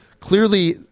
Clearly